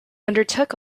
undertook